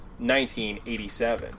1987